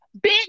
bitch